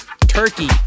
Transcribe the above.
Turkey